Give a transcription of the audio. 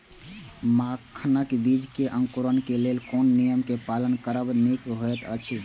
मखानक बीज़ क अंकुरन क लेल कोन नियम क पालन करब निक होयत अछि?